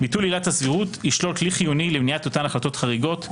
ביטול עילת הסבירות ישלול כלי חיוני למניעת אותן החלטות חריגות,